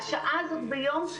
השעה הזאת ביום,